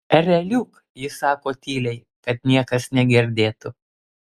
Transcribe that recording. ereliuk ji sako tyliai kad niekas negirdėtų